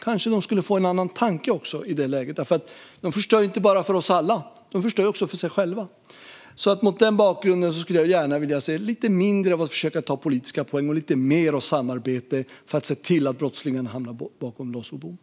Kanske de skulle få en annan tanke i det läget, för de förstör ju inte bara för alla oss andra utan också för sig själva. Mot den bakgrunden skulle jag gärna vilja se lite mindre av försök att ta politiska poäng och lite mer av samarbete för att se till brottslingarna hamnar bakom lås och bom.